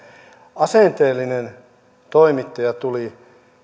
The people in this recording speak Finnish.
asenteellinen toimittaja tuli